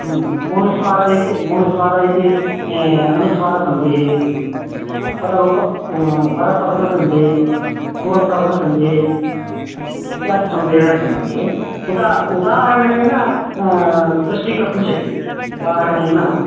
ह्म् मोनुस्वारः इति मोनुस्वारः इति अनुस्वारसन्धिः पररूपम् परसवर्णसन्धिः पूर्वसवर्णसन्धिः इति इत्यादिसन्धयः सन्ति उदा उदाहरणेन दृष्टीकर्तुं शक्यते उदाहरणेन